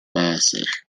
pace